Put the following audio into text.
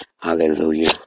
Hallelujah